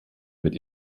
mit